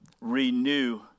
renew